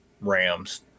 Rams